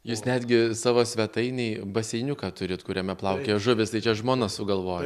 jūs netgi savo svetainėj baseiniuką turit kuriame plaukioja žuvys tai čia žmona sugalvojo